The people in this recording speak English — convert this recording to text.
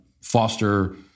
foster